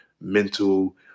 mental